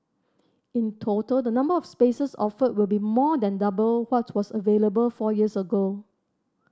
in total the number of spaces offered will be more than double what was available four years ago